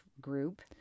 group